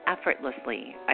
effortlessly